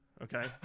okay